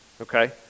okay